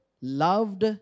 loved